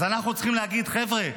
אז אנחנו צריכים להגיד: חבר'ה,